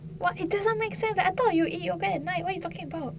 what it doesn't make sense I thought you eat yogurt at night what are you talking about